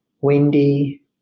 windy